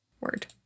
Word